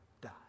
die